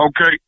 Okay